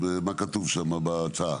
מה כתוב שם בהצעה?